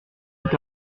est